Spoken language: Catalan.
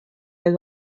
les